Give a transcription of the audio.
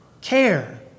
care